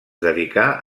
dedicà